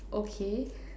okay